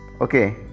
Okay